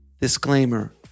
Disclaimer